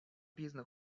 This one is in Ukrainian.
пізно